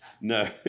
No